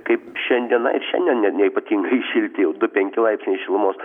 kaip šiandieną ir šiandien ne ne ypatingai šilti jau du penki laipsniai šilumos